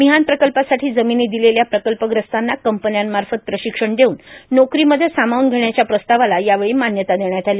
मिहान प्रकल्पासाठी जमिनी दिलेल्या प्रकल्पग्रस्तांना कंपन्यांमार्फत प्रशिक्षण देऊन नोकरीमध्ये सामावून घेण्याच्या प्रस्तावाला यावेळी मान्यता देण्यात आली